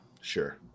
Sure